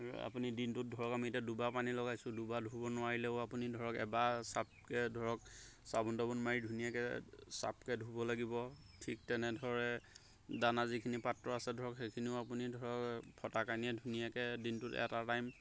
আপুনি দিনটো ধৰক আমি এতিয়া দুবাৰ পানী লগাইছোঁ দুবাৰ ধুব নোৱাৰিলেও আপুনি ধৰক এবাৰ চাফকৈ ধৰক চাবোন তাবোন মাৰি ধুনীয়াকৈ চাফকৈ ধুব লাগিব ঠিক তেনেধৰে দানা যিখিনি পাত্ৰ আছে ধৰক সেইখিনিও আপুনি ধৰক ফটা কানিৰে ধুনীয়াকৈ দিনটোত এটা টাইম